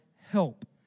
help